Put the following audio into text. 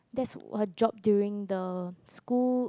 that her job during the school